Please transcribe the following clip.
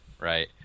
Right